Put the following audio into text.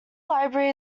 library